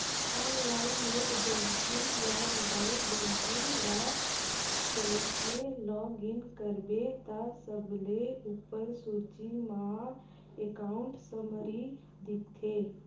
online net banking या mobile banking ल जइसे लॉग इन करबे त सबले उप्पर सूची म एकांउट समरी दिखथे